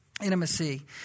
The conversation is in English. intimacy